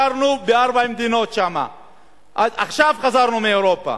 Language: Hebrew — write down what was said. ביקרנו בארבע מדינות שם, עכשיו חזרנו מאירופה.